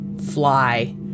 fly